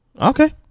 okay